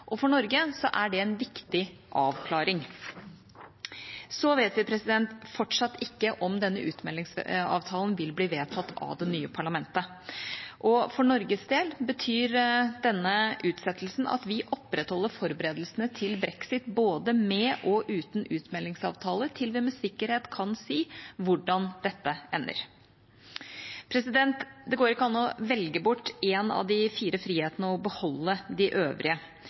For Norge er det en viktig avklaring. Så vet vi fortsatt ikke om denne utmeldingsavtalen vil bli vedtatt av det nye parlamentet. For Norges del betyr denne utsettelsen at vi opprettholder forberedelsene til brexit både med og uten utmeldingsavtale til vi med sikkerhet kan si hvordan dette ender. Det går ikke an å velge bort en av de fire frihetene og beholde de øvrige,